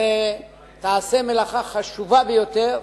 הרי תעשה מלאכה חשובה ביותר,